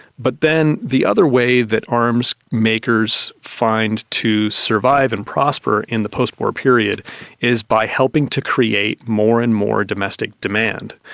but then the other way that arms makers find to survive and prosper in the post-war period is by helping to create more and more domestic demand.